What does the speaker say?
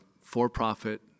for-profit